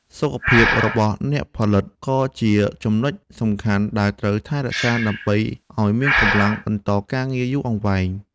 សុខភាពរបស់អ្នកផលិតក៏ជាចំណុចសំខាន់ដែលត្រូវថែរក្សាដើម្បីឱ្យមានកម្លាំងបន្តការងារយូរអង្វែង។